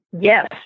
Yes